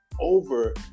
over